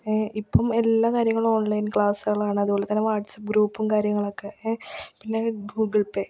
ഇപ്പം എല്ലാ കാര്യങ്ങളും ഓൺലൈൻ ക്ലാസുകളാണ് അതുപോലെ തന്നെ വാട്സാപ്പ് ഗ്രൂപ്പും കാര്യങ്ങളൊക്കെ പിന്നെ ഗൂഗിൾ പേ